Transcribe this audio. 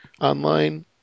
online